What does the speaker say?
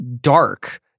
dark